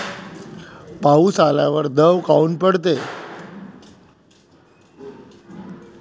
पाऊस आल्यावर दव काऊन पडते?